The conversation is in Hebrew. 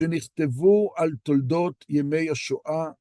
שנכתבו על תולדות ימי השואה,